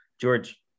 George